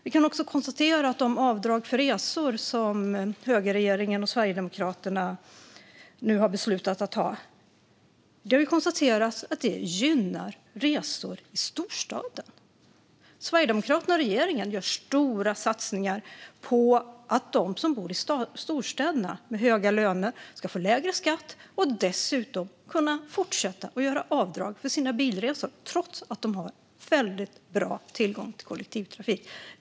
Vi kan också konstatera att de avdrag för resor som högerregeringen och Sverigedemokraterna nu beslutat om gynnar resor i storstaden. Sverigedemokraterna och regeringen gör stora satsningar på att de som bor i storstäderna och har höga löner ska få lägre skatt och dessutom kunna fortsätta göra avdrag för sina bilresor, trots att de har väldigt bra tillgång till kollektivtrafik.